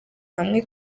hamwe